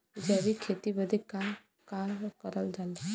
जैविक खेती बदे का का करल जा सकेला?